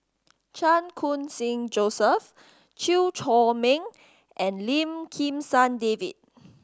Chan Khun Sing Joseph Chew Chor Meng and Lim Kim San David